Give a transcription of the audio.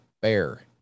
bear